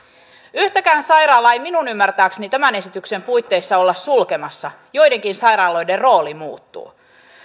yhtäkään sairaalaa ei minun ymmärtääkseni tämän esityksen puitteissa olla sulkemassa joidenkin sairaaloiden rooli muuttuu